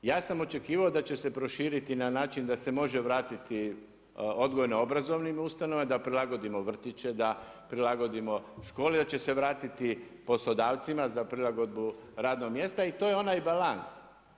Ja sam očekivao da će se proširiti na način da se može vratiti odgojno-obrazovnim ustanovama, da prilagodimo vrtiće, da prilagodimo škole, da će se vratiti poslodavcima za prilagodbu radnog mjesta i to je onaj balans.